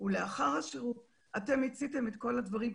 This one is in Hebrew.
הרבה מהם אומרים לי 'היה כבר עדיף שלא היינו מתגייסים' וזה נכון,